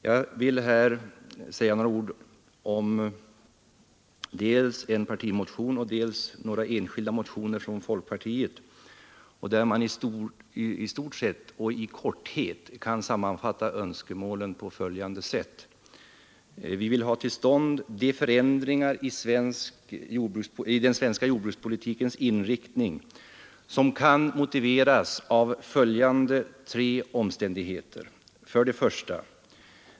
Jag vill här säga några ord om dels en partimotion och dels några enskilda motioner från folkpartiet där önskemålen i stort sett och i korthet kan sammanfattas sålunda: Vi vill ha till stånd de förändringar i den svenska jordbrukspolitikens inriktning som kan motiveras av följande tre omständigheter: 1.